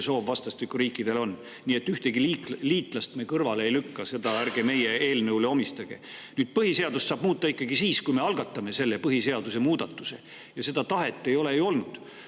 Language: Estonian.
vastastikku on. Nii et ühtegi liitlast me kõrvale ei lükka, seda ärge meie eelnõule omistage. Põhiseadust saab muuta ikkagi siis, kui me algatame põhiseaduse muudatuse. Seda tahet ei ole ju olnud.